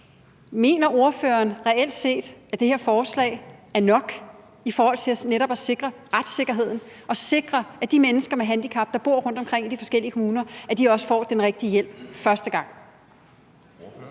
Mener ordføreren reelt set, at det her forslag er nok i forhold til netop at sikre retssikkerheden og sikre, at de mennesker med handicap, der bor rundtomkring i de forskellige kommuner, også får den rigtige hjælp første gang?